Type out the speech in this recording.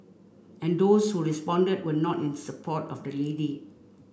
and those who responded were not in support of the lady